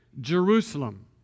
Jerusalem